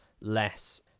less